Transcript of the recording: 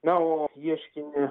na o ieškinį